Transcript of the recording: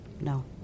No